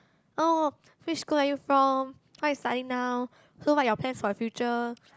oh which school are you from what you studying now so what are your plans for the future